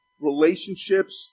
relationships